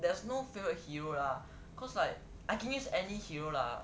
there's no favourite hero lah cause like I can use any hero lah